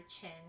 chin